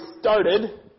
started